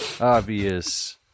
obvious